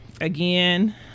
again